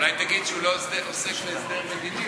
אולי תגיד שהוא לא עוסק בהסדר מדיני,